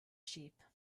sheep